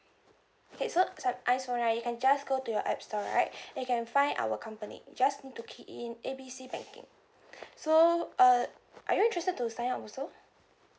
okay so sam~ iphone right you can just go to your app store right and you can find our company you just need to key in A B C banking so uh are you interested to sign up also